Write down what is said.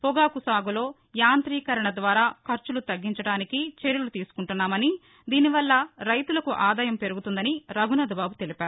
పొగాకు సాగులో యాంతీకరణ ద్వారా ఖర్చులు తగ్గించడానికి చర్యలు తీసుకుంటున్నామని దీనివల్ల రైతులకు ఆదాయం పెరుగుతుందని రఘునాధ్ బాబు తెలిపారు